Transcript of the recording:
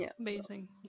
amazing